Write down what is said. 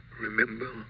Remember